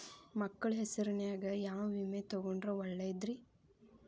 ಮಕ್ಕಳ ಹೆಸರಿನ್ಯಾಗ ಯಾವ ವಿಮೆ ತೊಗೊಂಡ್ರ ಒಳ್ಳೆದ್ರಿ?